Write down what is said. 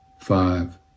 five